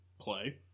play